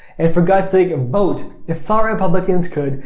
and for god's sake, vote! if far-right republicans could,